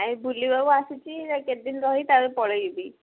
ଏଇ ବୁଲିବାକୁ ଆସିଛି ଯାଇ କେତେଦିନ ରହି ତା'ପରେ ପଳାଇବି